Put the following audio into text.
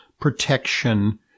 protection